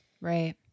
Right